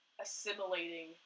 assimilating